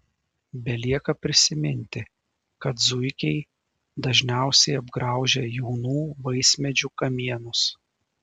belieka prisiminti kad zuikiai dažniausiai apgraužia jaunų vaismedžių kamienus